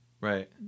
Right